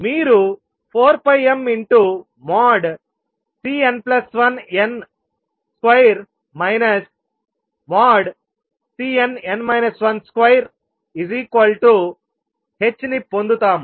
మీరు 4πm|Cn1n |2 |Cnn 1 |2h ని పొందుతాము